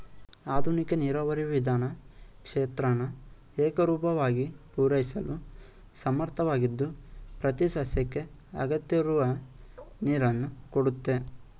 ಆಧುನಿಕ ನೀರಾವರಿ ವಿಧಾನ ಕ್ಷೇತ್ರನ ಏಕರೂಪವಾಗಿ ಪೂರೈಸಲು ಸಮರ್ಥವಾಗಿದ್ದು ಪ್ರತಿಸಸ್ಯಕ್ಕೆ ಅಗತ್ಯವಿರುವ ನೀರನ್ನು ಕೊಡುತ್ತೆ